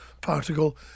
particle